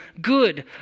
good